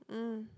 mm